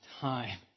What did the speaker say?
time